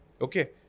Okay